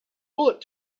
bullet